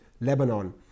Lebanon